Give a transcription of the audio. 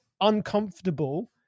uncomfortable